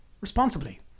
responsibly